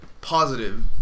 positive